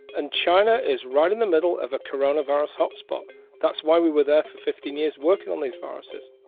and china is right in the middle of a coronavirus hotspot that's why we were there for fifteen years working on these viruses